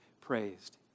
praised